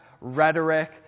rhetoric